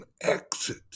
exit